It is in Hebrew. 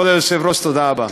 כבוד היושב-ראש, תודה רבה.